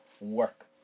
work